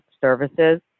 Services